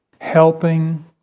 helping